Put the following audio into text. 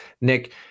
Nick